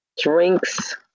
drinks